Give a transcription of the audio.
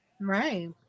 Right